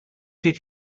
did